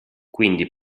quindi